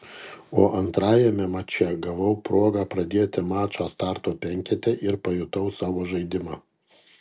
o antrajame mače gavau progą pradėti mačą starto penkete ir pajutau savo žaidimą